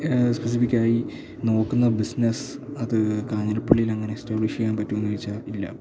സ്പെസിഫിക്കായി നോക്കുന്ന ബിസിനസ് അത് കാഞ്ഞിരപ്പള്ളിയിൽ അങ്ങനെ എസ്റ്റാബ്ളിഷ് ചെയ്യാൻ പറ്റുമോ എന്നു ചോദിച്ചാല് ഇല്ല